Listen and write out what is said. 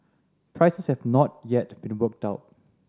prices have not yet been worked out